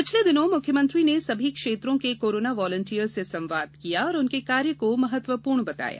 पिछले दिनों मुख्यमंत्री ने सभी क्षेत्रों के कोरोना वॉलेंटियर्स से संवाद किया और उनके कार्य को महत्वपूर्ण बताया